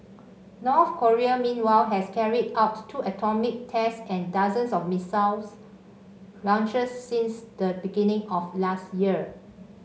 North Korea meanwhile has carried out two atomic tests and dozens of missile launches since the beginning of last year